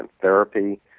therapy